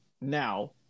now